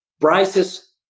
Prices